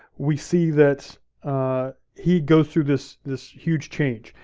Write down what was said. we see that he goes through this this huge change.